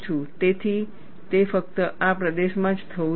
તેથી તે ફક્ત આ પ્રદેશમાં જ થવું જોઈએ